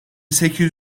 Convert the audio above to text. sekiz